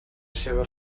seua